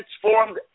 transformed